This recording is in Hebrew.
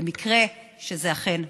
במקרה שזה אכן מצליח.